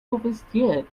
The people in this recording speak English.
oversteered